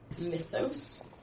mythos